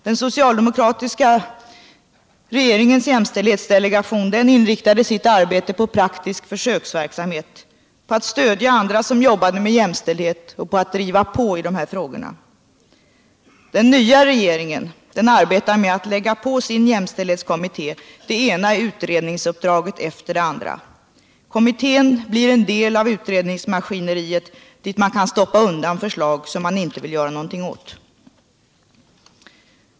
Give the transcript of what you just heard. Den socialdemokratiska regeringens jämställdhetsdelegation inriktade sitt arbéte med praktisk försöksverksamhet på att stödja andra som jobbade för jämställdhet och på att vara pådrivande i de här frågorna. Den nya regeringen arbetar däremot med att lägga på sin jämställdhetskommitté det ena utredningsuppdraget efter det andra. Kommittén blir en del av utredningsmaskineriet, där man kan stoppa undan förslag som man inte vill göra någonting åt.